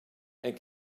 and